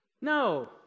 No